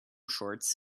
shorts